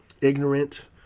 ignorant